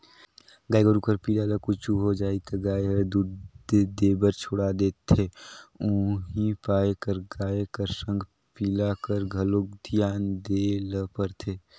गाय गोरु कर पिला ल कुछु हो जाही त गाय हर दूद देबर छोड़ा देथे उहीं पाय कर गाय कर संग पिला कर घलोक धियान देय ल परथे